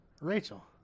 Rachel